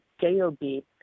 J-O-B